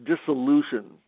dissolution